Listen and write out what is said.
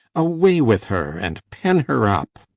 away with her, and pen her up.